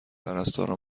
پرستاران